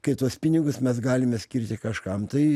kai tuos pinigus mes galime skirti kažkam tai